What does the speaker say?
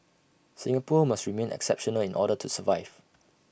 Singapore must remain exceptional in order to survive